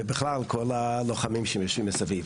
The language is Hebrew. ובכלל כל הלוחמים שיושבים מסביב.